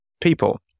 people